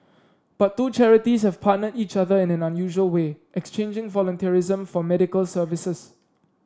but two charities have partnered each other in an unusual way exchanging volunteerism for medical services